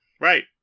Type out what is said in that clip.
Right